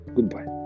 Goodbye